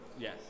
Yes